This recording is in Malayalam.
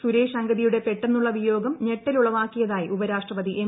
സുരേഷ് അങ്കദിയുടെ പെട്ടെന്നുള്ള വിയോഗം ഞെട്ടലുളവാക്കിയതായി ഉപരാഷ്ട്രപതി എം